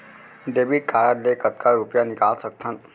Debit card ले कतका रुपिया निकाल सकथन?